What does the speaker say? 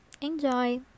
enjoy